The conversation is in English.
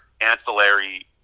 ancillary